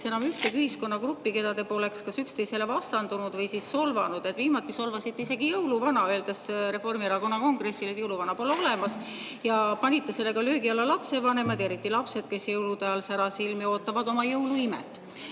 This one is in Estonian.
enam ühtegi ühiskonnagruppi, keda te poleks kas üksteisele vastandanud või solvanud. Viimati solvasite isegi jõuluvana, öeldes Reformierakonna kongressil, et jõuluvana pole olemas, ja panite sellega löögi alla lapsevanemad ja eriti lapsed, kes jõulude ajal särasilmi ootavad jõuluimet. Teie